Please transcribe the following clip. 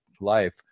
life